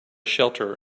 shelter